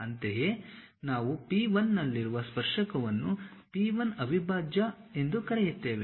ಅಂತೆಯೇ ನಾವು P1 ನಲ್ಲಿರುವ ಸ್ಪರ್ಶಕವನ್ನು P1 ಅವಿಭಾಜ್ಯ ಎಂದು ಕರೆಯುತ್ತೇವೆ